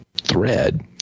thread